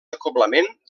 acoblament